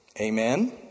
Amen